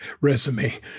resume